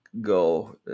go